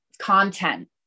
content